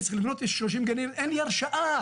אני צריך לבנות 30 גנים, אין לי הרשאה.